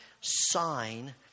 sign